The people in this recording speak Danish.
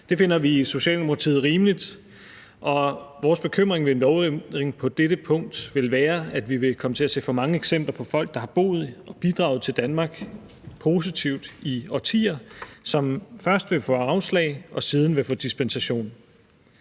Det finder vi i Socialdemokratiet er rimeligt, og vores bekymring for en lovændring på dette punkt vil være, at vi vil komme til at se for mange eksempler på folk, der har boet i og bidraget til Danmark positivt i årtier, som først vil få afslag og siden vil få dispensation.